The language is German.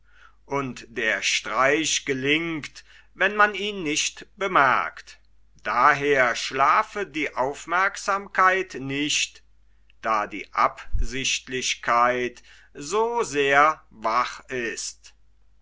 und der streich gelingt wenn man ihn nicht bemerkt daher schlafe die aufmerksamkeit nicht da die absichtlichkeit so sehr wach ist